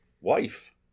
Wife